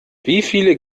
wieviele